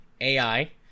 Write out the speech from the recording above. AI